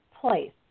place